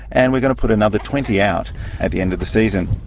and we're going to put another twenty out at the end of the season.